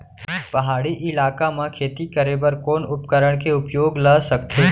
पहाड़ी इलाका म खेती करें बर कोन उपकरण के उपयोग ल सकथे?